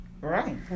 Right